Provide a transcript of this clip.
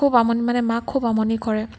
খুব আমনি মানে মাক খুব আমনি কৰে